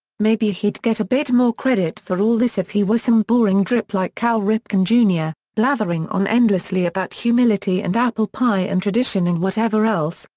maybe he'd get a bit more credit for all this if he were some boring drip like cal ripken jr, blathering on endlessly about humility and apple pie and tradition and whatever else,